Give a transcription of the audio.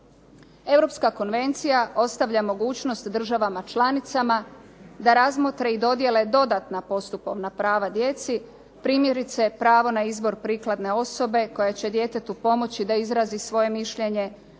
Europska konvencija ostavlja mogućnost državama članicama da razmotre i dodijele dodatna postupovna prava djeci, primjerice pravo na izbor prikladne osobe koja će djetetu pomoći da izrazi svoje mišljenje,